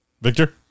Victor